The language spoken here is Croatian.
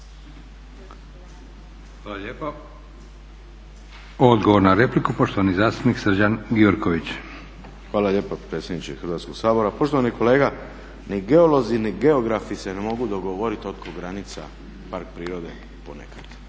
Hvala lijepa. Odgovor na repliku poštovani zastupnik Srđan Gjurković. **Gjurković, Srđan (HNS)** Hvala lijepo predsjedniče Hrvatskoga sabora. Poštovani kolega ni geolozi ni geografi se ne mogu dogovoriti oko granica parka prirode ponekad.